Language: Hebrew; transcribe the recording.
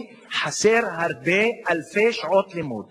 יש שם מחסור באלפי מורים ומורות,